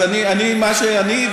אני מה שאני,